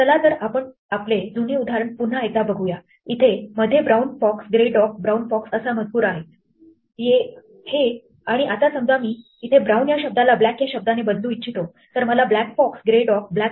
चला तर आपण आपले जुने उदाहरण पुन्हा एकदा बघूया इथे मध्ये "brown fox grey dog brown fox"असा मजकूर आहे ये आणि आता समजा मी इथे "brown" या शब्दाला " black" या शब्दाने बदलू इच्छितो तर मला "black fox grey dog black fox